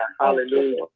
Hallelujah